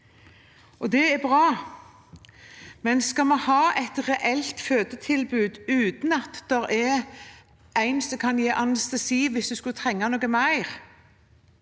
Det er bra, men skal vi ha et fødetilbud uten at det er noen som kan gi anestesi hvis en skulle trenge noe mer,